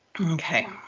Okay